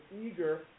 eager